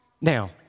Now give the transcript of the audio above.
Now